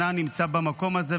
שנה נמצא במקום הזה,